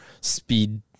speed